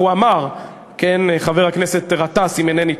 אמר שהבדואים מסכימים?